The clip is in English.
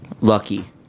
Lucky